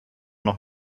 noch